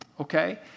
okay